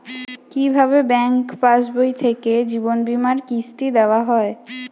কি ভাবে ব্যাঙ্ক পাশবই থেকে জীবনবীমার কিস্তি দেওয়া হয়?